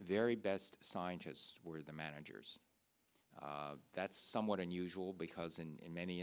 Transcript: very best scientists were the managers that's somewhat unusual because in many